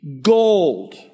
gold